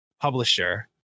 publisher